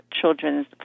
children's